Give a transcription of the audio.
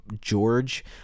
george